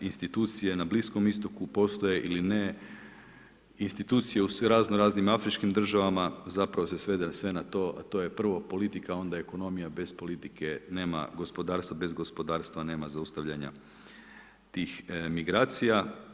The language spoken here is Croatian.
Institucije na Bliskom istoku postoje ili ne, institucije u razno različitim afričkim državama zapravo se svede sve na to to je prvo politika onda ekonomija bez politike nema gospodarstva, bez gospodarstva nema zaustavljanja tih migracija.